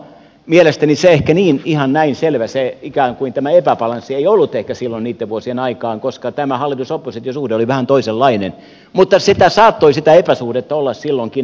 mielestäni ei ehkä ihan näin selvä ikään kuin tämä epäbalanssi ollut silloin niitten vuosien aikaan koska tämä hallitusoppositio suhde oli vähän toisenlainen mutta sitä epäsuhdetta saattoi olla silloinkin